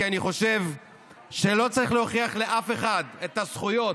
כי אני חושב שלא צריך להוכיח לאף אחד את הזכויות